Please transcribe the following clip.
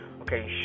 Okay